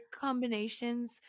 combinations